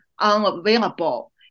unavailable